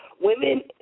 Women